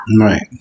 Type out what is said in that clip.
Right